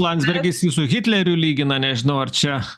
landsbergis jį su hitleriu lygina nežinau ar čia